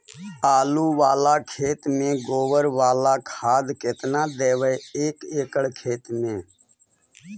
आलु बाला खेत मे गोबर बाला खाद केतना देबै एक एकड़ खेत में?